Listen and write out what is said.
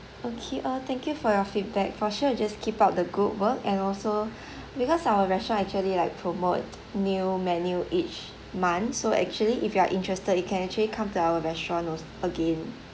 okay uh thank you for your feedback for sure we just keep up the good work and also because our restaurant actually like promote new menu each month so actually if you are interested you can actually come to our restaurant again